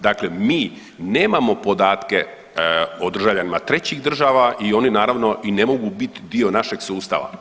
Dakle, mi nemamo podatke o državljanima trećih država i oni naravno i ne mogu biti dio našeg sustava.